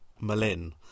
Malin